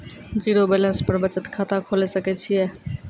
Zero balance पर बचत खाता खोले सकय छियै?